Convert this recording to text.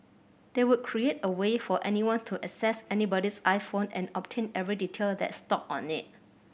they would create a way for anyone to access anybody's iPhone and obtain every detail that's stored on it